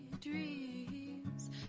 dreams